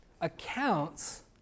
accounts